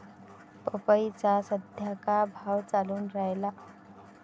पपईचा सद्या का भाव चालून रायला?